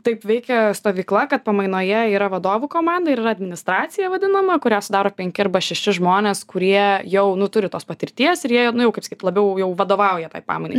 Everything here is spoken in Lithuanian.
taip veikia stovykla kad pamainoje yra vadovų komanda ir yra administracija vadinama kurią sudaro penki arba šeši žmonės kurie jau nu turi tos patirties ir jie jau nu jau kaip sakyt labiau jau vadovauja tai pamainai